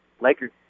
Lakers